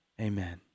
Amen